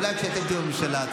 אולי כשאתם תהיו בממשלה.